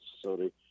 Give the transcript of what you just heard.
facility